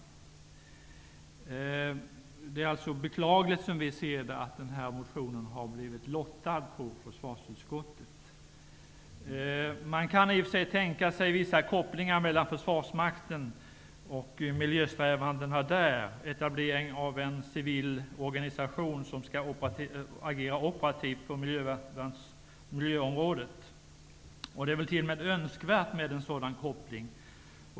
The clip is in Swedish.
Som vi ser det är det beklagligt att denna motion så att säga har blivit lottad på försvarsutskottet. Man kan i och för sig tänka sig vissa kopplingar mellan försvarsmakten och miljösträvandena där och etablering av en civil organisation som skall agera operativt på miljöområdet. Det är t.o.m. önskvärt med en sådan koppling.